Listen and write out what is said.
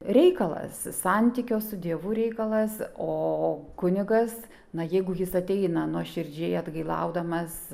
reikalas santykio su dievu reikalas o kunigas na jeigu jis ateina nuoširdžiai atgailaudamas